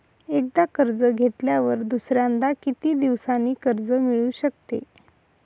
एकदा कर्ज घेतल्यावर दुसऱ्यांदा किती दिवसांनी कर्ज मिळू शकते?